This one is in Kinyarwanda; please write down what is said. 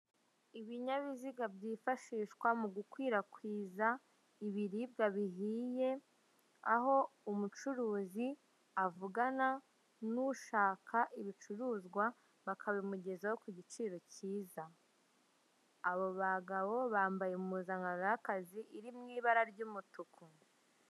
Ibinyabiziga byifashishwa mu gukwirakwiza ibiribwa bihiye aho umucuruzi avugana n'ushaka ibicuruzwa bakabimugezaho ku giciro cyiza. Abo bagabo bambaye impuzankano y'akazi iri mu ibara ry'umutuku.